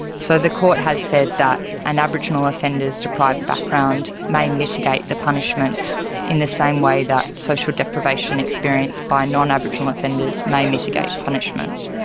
so the court has said that an aboriginal offender's deprived background may mitigate the punishment in the same way that social deprivation experienced by non-aboriginal offenders may mitigate punishment.